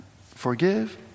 Forgive